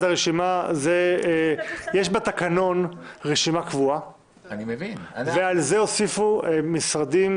יש בתקנון רשימה קבועה ולזה הוסיפו משרדים.